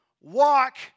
walk